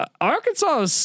Arkansas